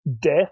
death